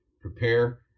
prepare